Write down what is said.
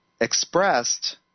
expressed